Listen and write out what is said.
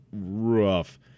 rough